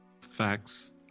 facts